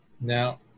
Now